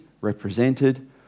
represented